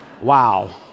Wow